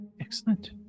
Excellent